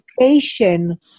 education